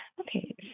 Okay